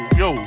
yo